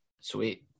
Sweet